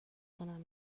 کنم